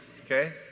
Okay